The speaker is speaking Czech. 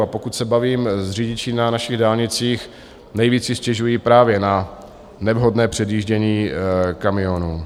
A pokud se bavím s řidiči na našich dálnicích, nejvíc si stěžují právě na nevhodné předjíždění kamionů.